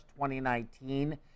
2019